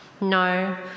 No